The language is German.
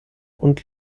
und